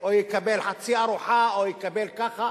או יקבל חצי ארוחה או יקבל ככה?